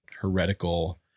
heretical